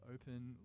open